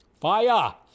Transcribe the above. fire